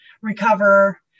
recover